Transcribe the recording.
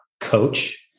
coach